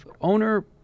owner